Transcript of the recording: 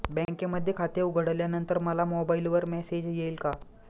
बँकेमध्ये खाते उघडल्यानंतर मला मोबाईलवर मेसेज येईल का?